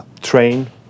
train